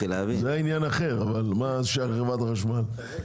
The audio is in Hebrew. זה עניין אחר, אבל מה זה שייך לחברת החשמל?